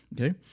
Okay